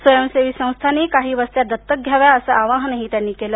स्वयंसेवी संस्थांनी काही वस्त्या दत्तक घ्याव्या असं आवाहन मुख्यमंत्र्यांनी केलं